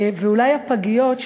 ואולי הפגיות,